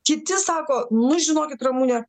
kiti sako nu žinokit ramune